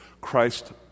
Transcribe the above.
Christ